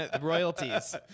royalties